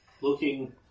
looking